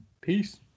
Peace